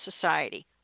society